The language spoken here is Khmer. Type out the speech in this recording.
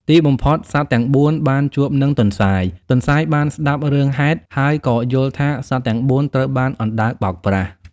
ទីបំផុត សត្វទាំងបួនបានជួបនឹងទន្សាយ។ ទន្សាយបានស្ដាប់រឿងហេតុ ហើយក៏យល់ថាសត្វទាំងបួនត្រូវបានអណ្ដើកបោកប្រាស់។